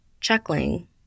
Chuckling